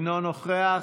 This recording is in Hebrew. אינו נוכח.